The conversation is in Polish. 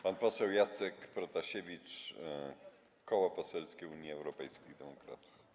Pan poseł Jacek Protasiewicz, Koło Poselskie Unii Europejskich Demokratów.